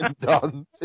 done